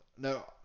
No